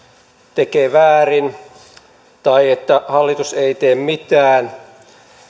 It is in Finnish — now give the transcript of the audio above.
tekee väärin tai hallitus ei tee mitään